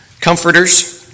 comforters